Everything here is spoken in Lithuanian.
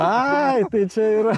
ai tai čia yra